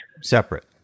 separate